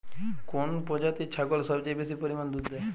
কোন প্রজাতির ছাগল সবচেয়ে বেশি পরিমাণ দুধ দেয়?